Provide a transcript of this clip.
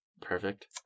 Perfect